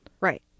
right